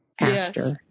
Yes